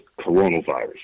coronavirus